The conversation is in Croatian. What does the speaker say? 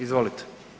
Izvolite.